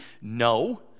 No